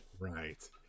Right